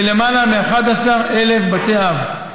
ביותר מ-11,000 בתי אב,